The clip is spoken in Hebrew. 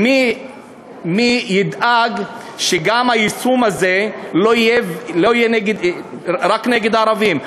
מי ידאג שגם היישום הזה לא יהיה נגד רק נגד ערבים?